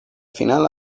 final